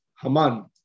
Haman